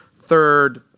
third,